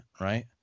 right